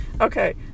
Okay